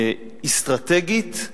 אסטרטגית,